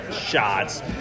shots